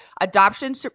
adoption